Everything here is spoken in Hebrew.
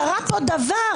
קרה פה דבר,